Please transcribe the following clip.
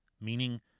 meaning